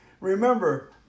Remember